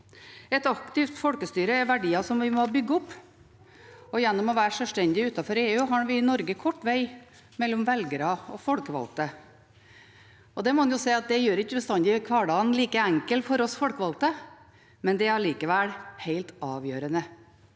Et aktivt folkestyre er en verdi som vi må bygge opp, og gjennom å være sjølstendig utenfor EU har vi i Norge kort veg mellom velgere og folkevalgte. En må jo si at det ikke bestandig gjør hverdagen like enkel for oss folkevalgte, men det er allikevel helt avgjørende